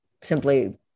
simply